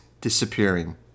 disappearing